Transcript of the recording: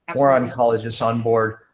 more oncologists on board.